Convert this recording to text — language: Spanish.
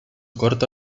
corto